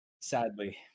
Sadly